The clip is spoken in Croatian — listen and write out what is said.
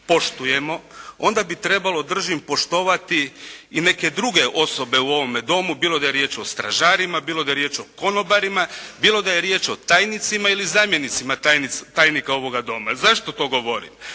onda bi trebalo držim poštovati i neke druge osobe u ovome Domu, bilo da je riječ o stražarima, bilo da je riječ o konobarima, bilo da je riječ o tajnicima ili zamjenicima tajnika ovoga Doma. Zašto to govorim?